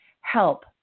help